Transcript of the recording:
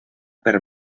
per